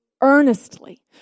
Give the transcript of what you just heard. earnestly